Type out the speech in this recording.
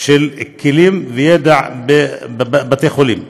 של כלים וידע בין בתי החולים,